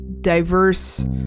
diverse